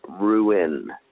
Ruin